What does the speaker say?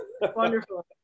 Wonderful